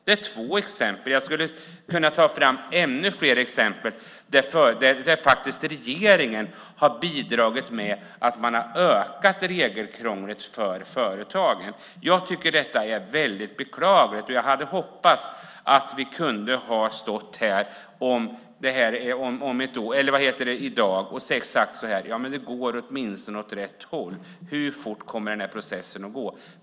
Detta är två exempel, och jag skulle kunna ta fram ännu fler, där regeringen har bidragit till att öka regelkrånglet för företagen. Jag tycker att detta är beklagligt. Jag hade hoppats att vi kunde ha stått här i dag och sagt så här: Det går åtminstone åt rätt håll. Hur fort kommer processen att gå?